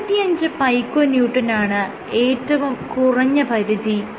25 പൈക്കോന്യൂട്ടനാണ് ഏറ്റവും കുറഞ്ഞ പരിധി